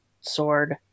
sword